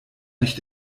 nicht